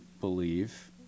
believe